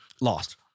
Lost